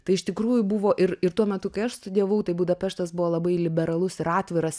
tai iš tikrųjų buvo ir ir tuo metu kai aš studijavau tai budapeštas buvo labai liberalus ir atviras